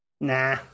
Nah